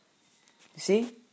see